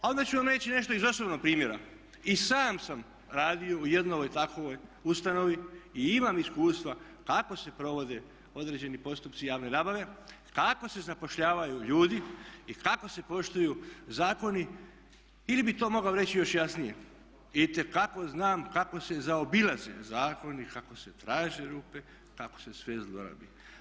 A onda ću vam reći nešto iz osobnog primjera, i sam sam radio u jednoj takvoj ustanovi i imam iskustva kako se provodi određeni postupci javne nabave, kako se zapošljavaju ljudi i kako se poštuju zakoni ili bih to mogao reći još jasnije itekako znam kako se zaobilaze zakoni, kako se traže rupe, kako se sve zlorabi.